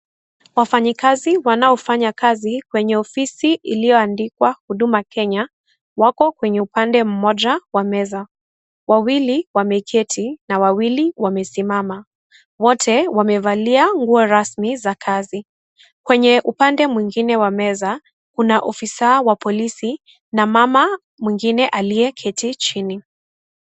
Wafanyikazi wanaofanya kazi kwenye ofisi iliyoandikwa huduma Kenya, wako kwenye upande mmoja wa meza. Wawili wameketi na wawili wamesimama. Wote wamevalia nguo rasmi za kazi. Kwenye upande mwingine wa meza, kuna ofisa wa polisi, na mama mwingine aliyeketi chini.